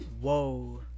Whoa